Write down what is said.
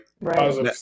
Right